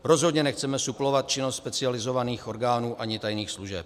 Rozhodně nechceme suplovat činnost specializovaných orgánů ani tajných služeb.